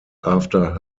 after